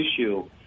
issue